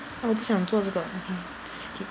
!huh! 我不想做这个 okay skip